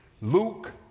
Luke